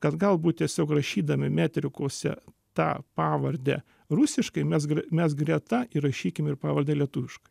kad galbūt tiesiog rašydami metrikuose tą pavardę rusiškai mes gre mes greta įrašykim ir pavardę lietuviškai